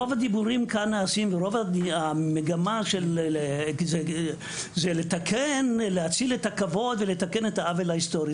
רוב המגמה היא להציל את הכבוד ולתקן את העוול ההיסטורי.